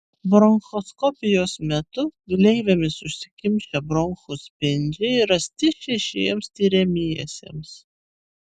bronchoskopijos metu gleivėmis užsikimšę bronchų spindžiai rasti šešiems tiriamiesiems